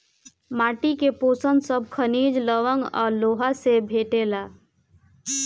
माटी के पोषण सब खनिज, लवण आ लोहा से भेटाला